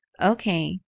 Okay